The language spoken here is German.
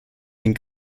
den